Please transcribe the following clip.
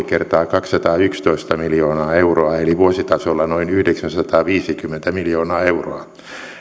kertaa kaksisataayksitoista miljoonaa euroa eli vuositasolla noin yhdeksänsataaviisikymmentä miljoonaa euroa